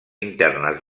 internes